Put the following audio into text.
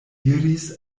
iris